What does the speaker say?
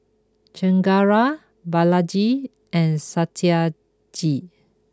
Chengara Balaji and Satyajit